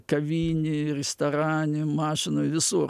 kavinėj restorane mašinoj visur